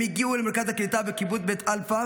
הם הגיעו למרכז הקליטה בקיבוץ בית אלפא